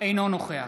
נוכח